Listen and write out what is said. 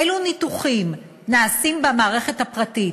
אילו ניתוחים נעשים במערכת הפרטית,